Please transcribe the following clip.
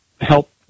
help